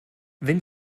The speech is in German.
wenn